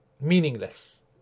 meaningless